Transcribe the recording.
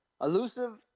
Elusive